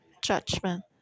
judgment